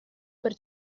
per